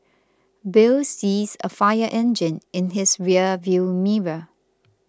Bill sees a fire engine in his rear view mirror